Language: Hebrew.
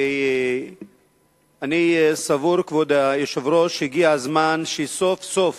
ואני סבור, כבוד היושב-ראש, שהגיע הזמן סוף-סוף